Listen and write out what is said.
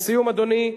לסיום, אדוני,